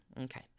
Okay